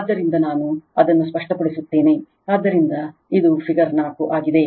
ಆದ್ದರಿಂದ ನಾನು ಅದನ್ನು ಸ್ಪಷ್ಟಗೊಳಿಸುತ್ತೇನೆ ಆದ್ದರಿಂದ ಇದು ಫಿಗರ್ 4 ಆಗಿದೆ